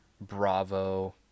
Bravo